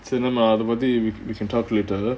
never mind அத பத்தி:atha pathhti we can talk later